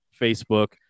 Facebook